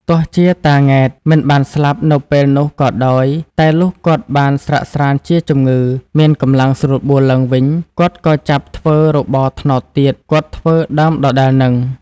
ទោះជាតា ង៉ែតមិនបានស្លាប់នៅពេលនោះក៏ដោយ តែលុះគាត់បានស្រាកស្រាន្តជាជំងឺ មានកម្លាំងស្រួលបួលឡើងវិញ គាត់ក៏ ចាប់ធ្វើរបរត្នោតទៀត គាត់ធ្វើដើមដដែលហ្នឹង ។